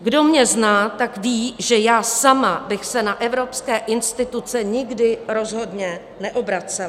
Kdo mě zná, tak ví, že já sama bych se na evropské instituce nikdy rozhodně neobracela.